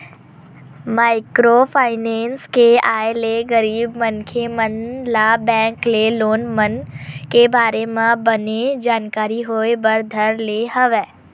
micro finance के आय ले गरीब मनखे मन ल बेंक के लोन मन के बारे म बने जानकारी होय बर धर ले हवय